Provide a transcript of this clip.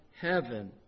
heaven